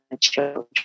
children